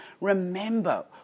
Remember